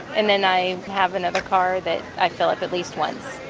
and then i have another car that i fill up at least once,